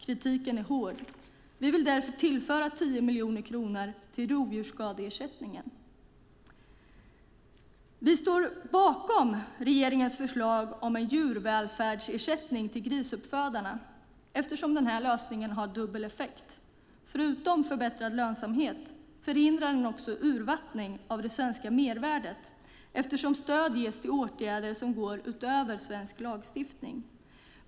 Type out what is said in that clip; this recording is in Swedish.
Kritiken är hård. Vi vill därför tillföra 10 miljoner kronor till rovdjursskadeersättningen. Vi står bakom regeringens förslag om en djurvälfärdsersättning till grisuppfödarna, eftersom denna lösning har dubbel effekt. Förutom förbättrad lönsamhet förhindrar den också urvattning av det svenska mervärdet, eftersom stöd ges till åtgärder som går utöver svensk lagstiftning.